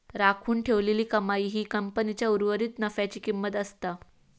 राखून ठेवलेली कमाई ही कंपनीच्या उर्वरीत नफ्याची किंमत असता